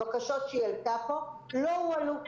הבקשות שהיא העלתה פה לא הועלו.